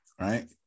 Right